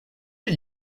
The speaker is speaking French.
est